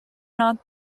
not